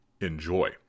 enjoy